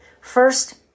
First